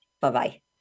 Bye-bye